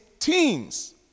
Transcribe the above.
teens